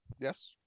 yes